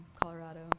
Colorado